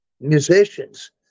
musicians